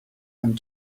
and